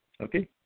okay